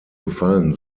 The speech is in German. gefallen